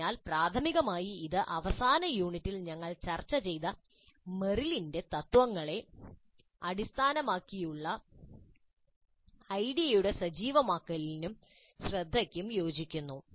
അതിനാൽ പ്രാഥമികമായി ഇത് അവസാന യൂണിറ്റിൽ ഞങ്ങൾ ചർച്ച ചെയ്ത മെറിലിന്റെ തത്ത്വങ്ങളെ അടിസ്ഥാനമാക്കിയുള്ള ഐഡിയുടെ സജീവമാക്കലിനും ശ്രദ്ധയ്ക്കും യോജിക്കുന്നു